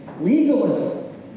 legalism